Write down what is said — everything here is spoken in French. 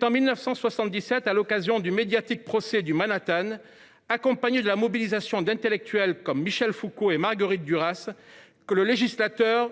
En 1977, à l’occasion du médiatique procès du Manhattan et de la mobilisation d’intellectuels tels que Michel Foucault et Marguerite Duras qui s’ensuivit, le législateur